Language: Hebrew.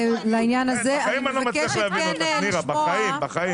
בחיים אני לא מצליח להבין אותך, נירה, בחיים.